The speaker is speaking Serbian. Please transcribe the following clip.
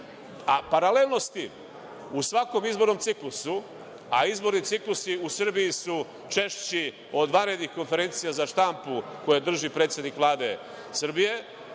a paralelno sa tim, u svakom izbornom ciklusu, a izborni ciklusi u Srbiji su češći od vanrednih konferencija za štampu koje drži predsednik Vlade Srbije,